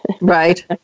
Right